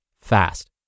fast